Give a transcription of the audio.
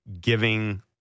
giving